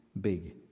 big